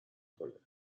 کنه